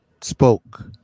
spoke